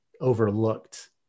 overlooked